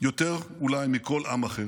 יותר אולי מכל עם אחר,